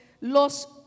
los